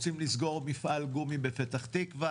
רוצים לסגור מפעל גומי בפתח-תקווה,